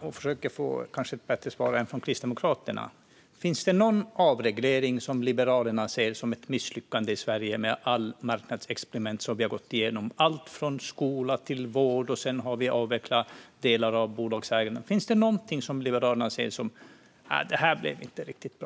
och försöker få ett bättre svar än från Kristdemokraterna. Finns det någon avreglering i Sverige som Liberalerna ser som ett misslyckande? Med alla marknadsexperiment som vi gått igenom i allt från skola till vård och med avvecklingen av delar av statens bolagsägande, finns det något som Liberalerna ser och tänker att det här blev inte riktigt bra?